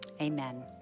Amen